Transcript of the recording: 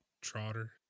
Trotter